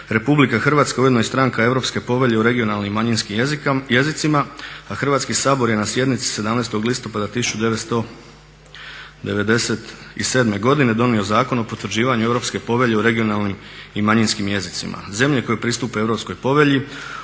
Republika Hrvatska je ujedno stranka i Europske povelje o regionalnim i manjinskim jezicima, a Hrvatski sabor je na sjednici 17. listopada 1997. godine donio Zakon o potvrđivanju Europske povelje o regionalnim i manjinskim jezicima. Zemlje koje pristupe Europskoj povelji